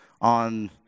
on